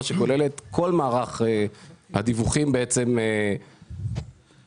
שכוללת את מערך הדיווחים הכולל בכל המוסדות,